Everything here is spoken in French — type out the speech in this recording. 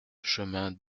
chemin